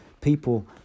people